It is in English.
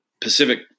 Pacific